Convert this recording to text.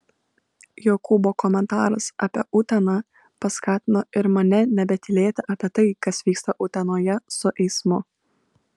jokūbo komentaras apie uteną paskatino ir mane nebetylėti apie tai kas vyksta utenoje su eismu